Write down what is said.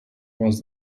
was